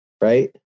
right